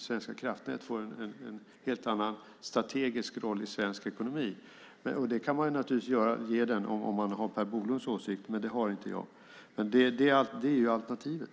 Svenska kraftnät får en helt annan strategisk roll i svensk ekonomi. Det kan man naturligtvis ge dem om man har Per Bolunds åsikt, men det har inte jag. Det är alternativet.